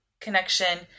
connection